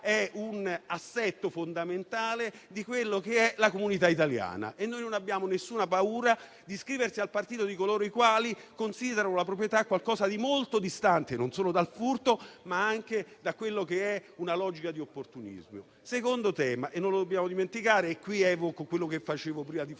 è un assetto fondamentale della comunità italiana e non abbiamo nessuna paura di iscriversi al partito di coloro i quali considerano la proprietà qualcosa di molto distante non solo dal furto, ma anche da una logica di opportunismo. Vi è poi un secondo tema che non dobbiamo dimenticare. Qui evoco quello che facevo prima di fare